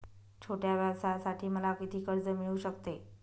छोट्या व्यवसायासाठी मला किती कर्ज मिळू शकते?